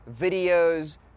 videos